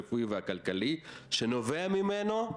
הרפואי והכלכלי שנובע ממנו".